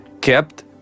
kept